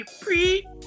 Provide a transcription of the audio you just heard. pre